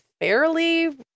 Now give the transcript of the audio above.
fairly